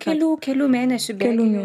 kelių kelių mėnesių bėgyje